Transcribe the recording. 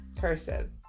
cursive